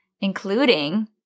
including